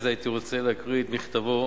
נכון.